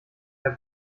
herr